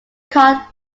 caught